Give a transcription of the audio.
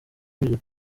binyuze